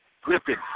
Griffin